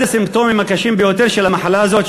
אחד הסימפטומים הקשים ביותר של המחלה הזאת,